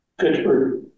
Pittsburgh